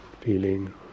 feeling